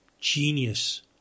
genius